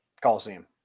Coliseum